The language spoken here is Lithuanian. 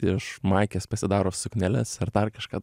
iš maikės pasidaro sukneles ar dar kažką